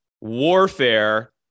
warfare